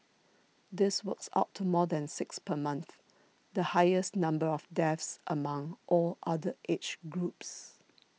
this works out to more than six per month the highest number of deaths among all other age groups